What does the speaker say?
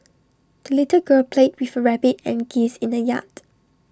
the little girl played with her rabbit and geese in the yard